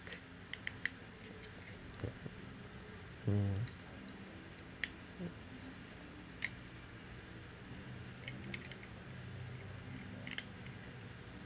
mm